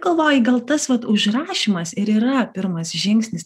galvoji gal tas vat užrašymas ir yra pirmas žingsnis